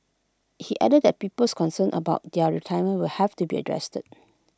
he added that people's concerns about their retirement will have to be addressed